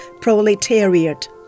proletariat